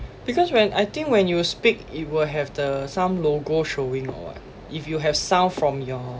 because when I think when you speak it will have the some logo showing or what if you have sound from your